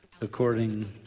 according